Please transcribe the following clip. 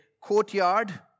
courtyard